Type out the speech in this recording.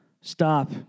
Stop